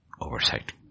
Oversight